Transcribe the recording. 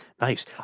Nice